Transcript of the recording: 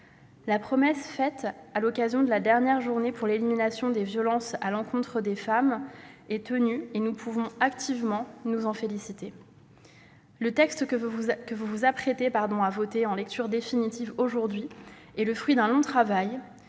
La promesse faite à l'occasion de la dernière Journée internationale pour l'élimination de la violence à l'égard des femmes est tenue, et nous pouvons activement nous en féliciter. Le texte que vous vous apprêtez à voter en lecture définitive est le fruit d'un long travail,